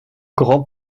grand